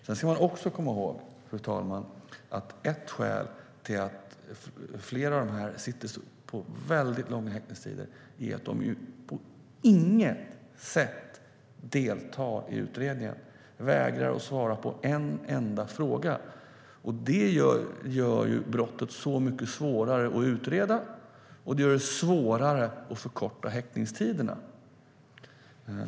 Sedan ska man också komma ihåg, fru talman, att ett skäl till att flera av dessa personer sitter på väldigt långa häktningstider är att de på inget sätt deltar i utredningen. De vägrar att svara på en enda fråga. Det gör brottet så mycket svårare att utreda, och det gör det svårare att förkorta häktningstiderna.